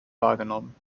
wahrgenommen